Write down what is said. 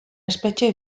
espetxe